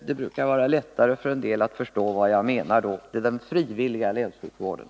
Det brukar vara lättare för en del att förstå vad jag menar då. Det är den frivilliga länssjukvården.